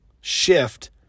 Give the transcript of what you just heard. shift